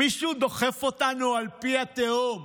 מישהו דוחף אותנו אל פי התהום.